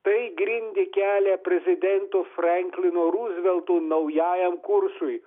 tai grindė kelią prezidento frenklino ruzvelto naujajam kursui